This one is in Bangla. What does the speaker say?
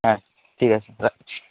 হ্যাঁ ঠিক আছে রাখছি